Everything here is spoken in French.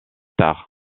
tard